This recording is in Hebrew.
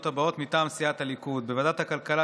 הבאות מטעם סיעת הליכוד: בוועדת הכלכלה,